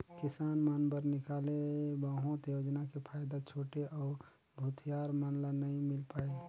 किसान मन बर निकाले बहुत योजना के फायदा छोटे अउ भूथियार मन ल नइ मिल पाये